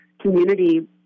community